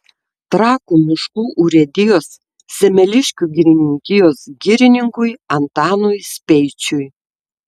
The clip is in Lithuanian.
trakų miškų urėdijos semeliškių girininkijos girininkui antanui speičiui